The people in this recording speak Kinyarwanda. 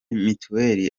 mitiweli